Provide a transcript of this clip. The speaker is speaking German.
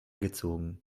gezogen